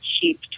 cheap